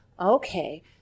okay